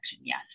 yes